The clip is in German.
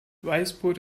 weißbrot